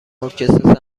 ارکستر